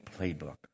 Playbook